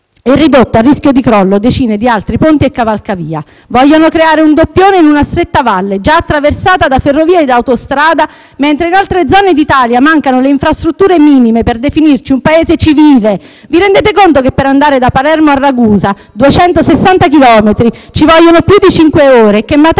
il ponte Morandi e ridotto a rischio di crollo decine di altri ponti e cavalcavia. Vogliono creare un doppione in una stretta valle già attraversata da ferrovia e autostrada, mentre in altre zone d'Italia mancano le infrastrutture minime per definirci un Paese civile. Vi rendete conto che per andare da Palermo a Ragusa (260 chilometri) ci vogliono più di cinque ore e che Matera,